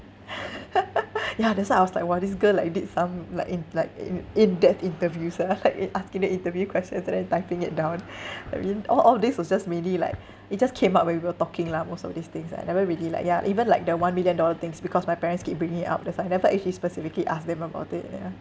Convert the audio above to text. ya that's why I was like !wah! this girl like did some like in like in in depth interviews ah like it asking the interview questions and then typing it down I mean all of these was just mainly like it just came up when we were talking lah most of these things I never really like ya even like the one million dollar things because my parents keep bringing it up that's why I never actually specifically ask them about it yeah